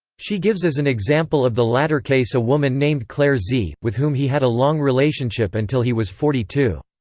she gives as an example of the latter case a woman named claire z, with whom he had a long relationship until he was forty-two.